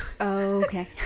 Okay